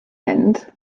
mynd